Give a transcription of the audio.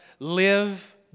Live